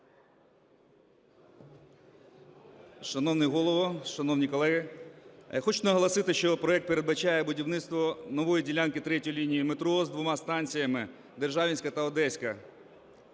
Шановний Голово, шановні колеги! Я хочу наголосити, що проект передбачає будівництво нової ділянки третьої лінії метро з двома станціями: "Державінська" та "Одеська",